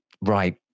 Right